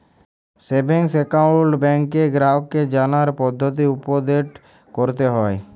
savings account ব্যাংকে গ্রাহককে জালার পদ্ধতি উপদেট ক্যরতে হ্যয়